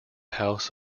house